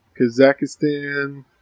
Kazakhstan